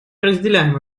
разделяем